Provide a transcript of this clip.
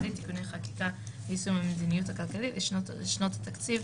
הכלכלית (תיקוני חקיקה ליישום המדיניות הכלכלית לשנות התקציב